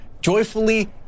joyfully